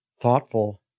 thoughtful